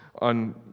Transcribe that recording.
on